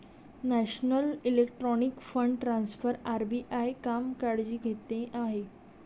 national electronic fund transfer RBI काम काळजी घेणे आहे